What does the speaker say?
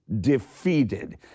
defeated